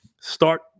start